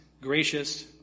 gracious